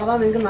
of the